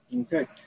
Okay